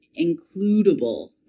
includable